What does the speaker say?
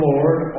Lord